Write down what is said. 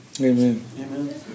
Amen